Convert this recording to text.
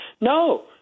No